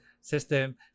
system